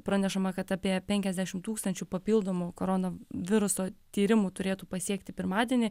pranešama kad apie penkiasdešimt tūkstančių papildomų corona viruso tyrimų turėtų pasiekti pirmadienį